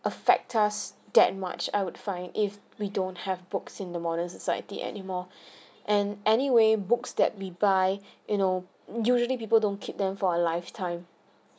affect us that much I would find if we don't have books in the modern society anymore and anyway books that we buy you know usually people don't keep them for a lifetime